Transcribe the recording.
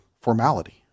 formality